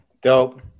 Dope